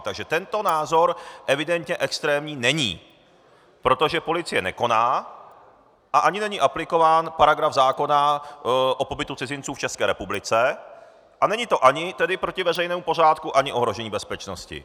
Takže tento názor evidentně extrémní není, protože policie nekoná a ani není aplikován paragraf zákona o pobytu cizinců v České republice a není to ani proti veřejnému pořádku ani ohrožení bezpečnosti.